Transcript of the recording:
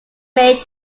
may